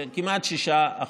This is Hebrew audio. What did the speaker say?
כמעט 6%,